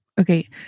Okay